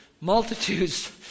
multitudes